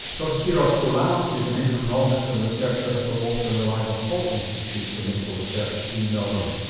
dr spiros fourlanos is an endocrinologist and researchers at the walter and eliza hall institute for medical research in melbourne.